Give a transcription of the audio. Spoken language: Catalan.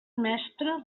mestre